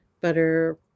butter